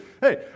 Hey